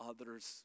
others